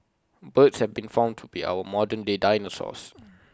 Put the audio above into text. birds have been found to be our modern day dinosaurs